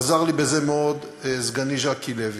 עזר לי בזה מאוד סגני ז'קי לוי.